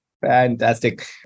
fantastic